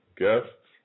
guests